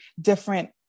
different